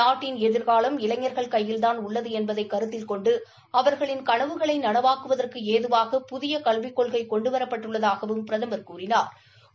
நாட்டின் எதிர்காலம் இளைஞர்கள் கைபில்தான் உள்ளது என்பதை கருத்தில் கொண்டு அவர்களின் கனவுகளை நனவாக்குவதற்கு ஏதுவாக புதிய கல்விக் கொள்கை கொண்டு வரப்பட்டுள்ளதாகவும் பிரதம் கூறினாள்